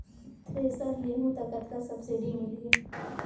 Thresher लेहूं त कतका सब्सिडी मिलही?